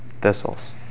thistles